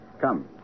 Come